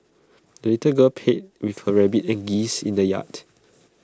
the little girl played with her rabbit and geese in the yard